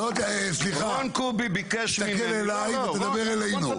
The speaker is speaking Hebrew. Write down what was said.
רון קובי ביקש ממני --- תסתכל אליי ותדבר אלינו.